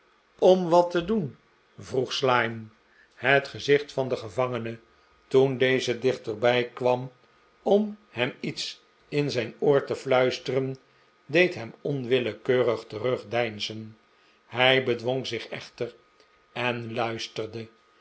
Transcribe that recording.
om wat te doen vroeg slyme het gezicht van den gevangene toen deze dichterbij kwam om hem iets in zijn oor te fluisteren deed hem onwillekeurig terugdeinzen hij bedwong zich echter en luisterde